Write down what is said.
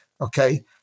okay